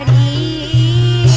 e.